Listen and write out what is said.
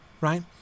right